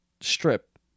strip